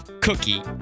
cookie